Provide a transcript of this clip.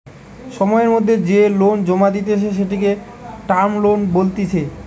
সময়ের মধ্যে যে লোন জমা দিতেছে, সেটিকে টার্ম লোন বলতিছে